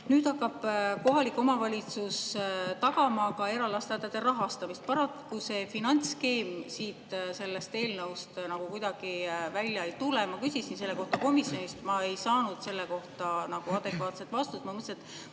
nüüd hakkab kohalik omavalitsus tagama ka eralasteaedade rahastamist. Paraku see finantsskeem sellest eelnõust kuidagi välja ei tule. Ma küsisin selle kohta komisjonis, aga ma ei saanud nagu adekvaatset vastust. Ma mõtlesin, et